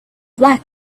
black